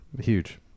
huge